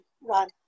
run